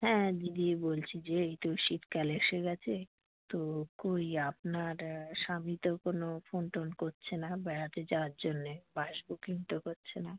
হ্যাঁ দিদি বলছি যে এই তো শীতকাল এসে গেছে তো কই আপনার স্বামী তো কোনো ফোন টোন করছে না বেড়াতে যাওয়ার জন্যে বাস বুকিং তো করছে না